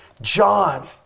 John